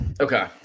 Okay